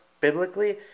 biblically